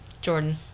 Jordan